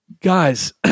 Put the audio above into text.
guys